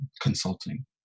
consulting